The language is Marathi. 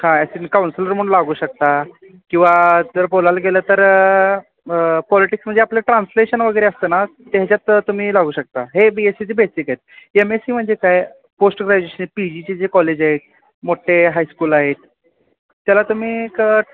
काय असं काउन्सिलर म्हणून लागू शकता किंवा जर बोलायला गेलं तर पॉलिटिक्स म्हणजे आपलं ट्रान्सलेशन वगैरे असतं ना ते ह्याच्यात तुम्ही लागू शकता हे बी एस्सीचे बेसिक आहेत एम एस्सी म्हणजे काय पोस्ट ग्रॅज्युएशन पी जीचे जे कॉलेज आहे मोठे हायस्कूल आहेत त्याला तुम्ही एक